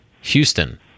Houston